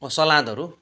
सलादहरू